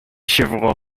chevroux